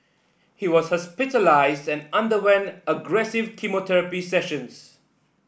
he was hospitalised and underwent aggressive chemotherapy sessions